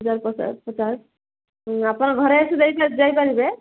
ହଜାରେ ପଚାଶ ପଚାଶ ଆପଣ ଘରେ ଆସି ଦେଇ ଯାଇ ପାରିବେ